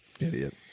idiot